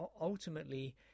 Ultimately